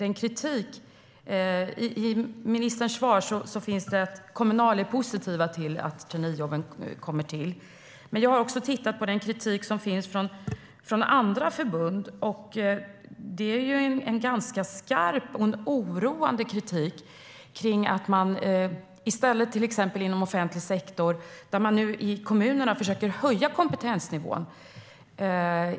Enligt ministerns svar är Kommunal positivt till traineejobben. I andra förbund finns det dock en ganska skarp och oroande kritik. I kommunerna försöker man höja kompetensnivån.